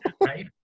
right